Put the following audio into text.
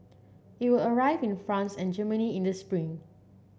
it will arrive in France and Germany in the spring